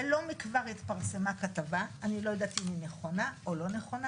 ולא מכבר התפרסמה כתבה אני לא יודעת אם היא נכונה או לא נכונה